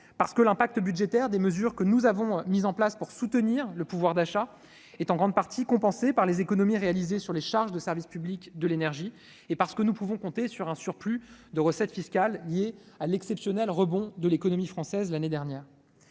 Ensuite, l'impact budgétaire des mesures que nous avons mises en place pour soutenir le pouvoir d'achat est en grande partie compensé par les économies réalisées sur les charges de service public de l'énergie. Enfin, nous pouvons compter sur un surplus de recettes fiscales lié à l'exceptionnel rebond de l'économie française l'année dernière.